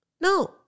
no